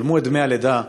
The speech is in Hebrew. שלמו את דמי הלידה,